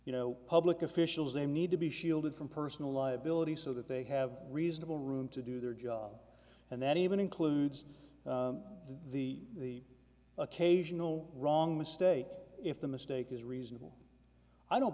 you know public officials they need to be shielded from personal liability so that they have reasonable room to do their job and that even includes the occasional wrong mistake if the mistake is reasonable i don't